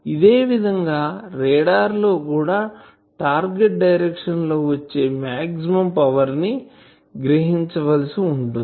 ఇదేవిధం గా రాడార్ లో కూడా టార్గెట్ డైరెక్షన్ లో వచ్చే మాక్సిమం పవర్ ని గ్రహించవలసి ఉంటుంది